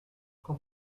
qu’en